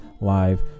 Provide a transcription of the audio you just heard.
live